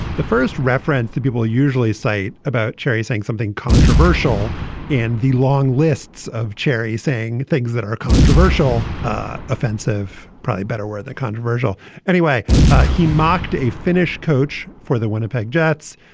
the first reference to people usually cite about cherry saying something controversial in the long lists of cherry saying things that are controversial ah offensive. probably better where the controversial anyway he mocked a finnish coach for the winnipeg jets.